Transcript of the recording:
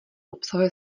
obsahuje